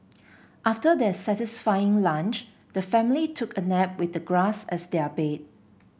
after their satisfying lunch the family took a nap with the grass as their bed